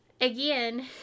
again